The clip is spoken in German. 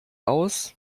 aus